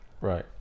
Right